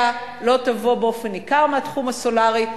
לא תבוא באופן ניכר מהתחום הסולרי,